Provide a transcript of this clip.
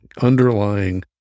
Underlying